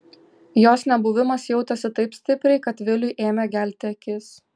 jos nebuvimas jautėsi taip stipriai kad viliui ėmė gelti akis